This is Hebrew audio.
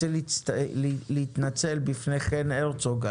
אני רוצה להתנצל בפני חן הרצוג,